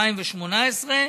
בינואר 2018,